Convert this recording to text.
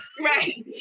Right